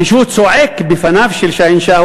כשהוא צועק בפניו של שאהין שאה,